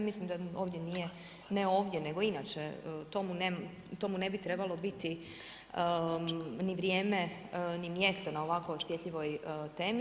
Mislim da ovdje nije, ne ovdje nego inače to mu ne bi trebalo biti ni vrijeme, ni mjesto na ovako osjetljivoj temi.